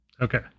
okay